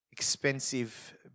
Expensive